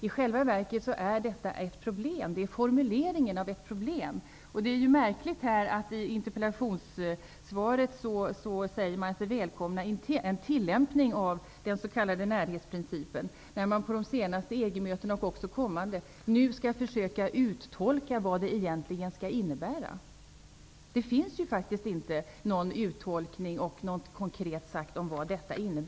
I själva verket gäller detta formuleringen av ett problem. Det är ju märkligt att man i interpellationssvaret säger sig välkomna en tillämpning av den s.k. närhetsprincipen, när man på EG-mötena -- också de kommande -- skall försöka uttolka vad det egentligen innebär. Det finns faktiskt inte någon uttolkning och något konkret sagt om vad detta innebär.